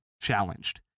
challenged